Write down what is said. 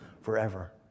forever